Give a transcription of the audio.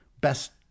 Best